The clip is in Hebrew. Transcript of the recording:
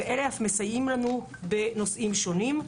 ואלה אף מסייעים לנו בנושאים שונים.